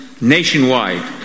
nationwide